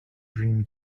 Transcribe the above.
dream